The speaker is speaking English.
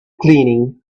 cleaning